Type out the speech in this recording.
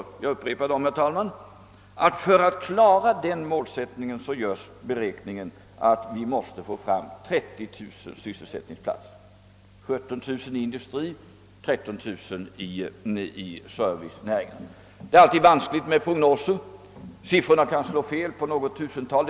Och jag upprepar att man beräknar att det för att klara målsättningen behövs 30 000 nya sysselsättningsplatser: 17 000 i industri, 13 000 i servicenäringar. Det är alltid vanskligt med prognoser; siffrorna kan slå fel på något tusental.